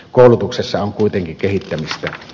koulutuksessa on kuitenkin kehittämistä